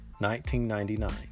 1999